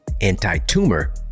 anti-tumor